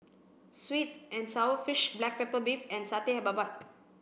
sweets and sour fish black pepper beef and satay Babat